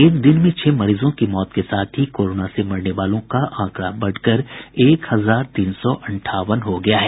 एक दिन में छह मरीजों की मौत के साथ ही कोरोना से मरने वालों का आंकड़ा बढ़कर एक हजार तीन सौ अंठावन हो गया है